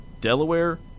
Delaware